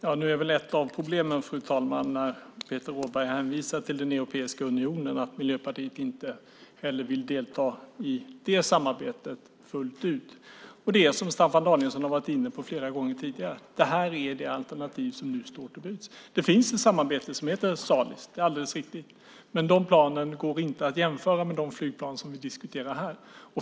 Fru talman! Ett av problemen när Peter Rådberg hänvisar till Europeiska unionen är att Miljöpartiet inte fullt ut vill delta i det samarbetet heller. Som Staffan Danielsson har varit inne på flera gånger är det här det alternativ som nu står till buds. Det finns ett samarbete som heter Salis, men de planen går inte att jämföra med de flygplan som vi diskuterar här.